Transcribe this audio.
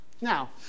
Now